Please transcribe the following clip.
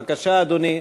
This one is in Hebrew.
בבקשה, אדוני.